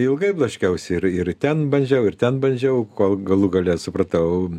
ilgai blaškiausi ir ir ten bandžiau ir ten bandžiau kol galų gale supratau